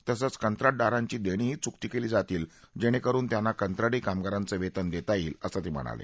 तसंच कत्रा द्वारांची देणीही चुकती केली जातील जेणेकरुन त्यांना कत्राशी कामागाराचं वेतन देता येईल असं ते म्हणाले